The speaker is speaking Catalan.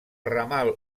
ramal